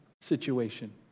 situation